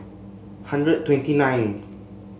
hundred twenty nine